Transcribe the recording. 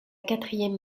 quatrième